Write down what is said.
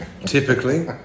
typically